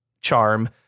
charm